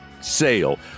sale